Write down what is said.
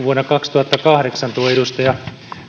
vuonna kaksituhattakahdeksan edustaja